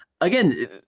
again